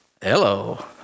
Hello